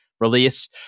release